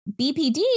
BPD